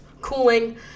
cooling